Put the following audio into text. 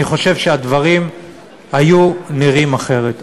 אני חושב שהדברים היו נראים אחרת.